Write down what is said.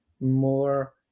more